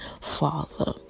Father